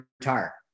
retire